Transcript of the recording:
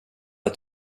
att